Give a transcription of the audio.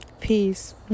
Peace